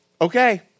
okay